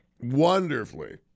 Wonderfully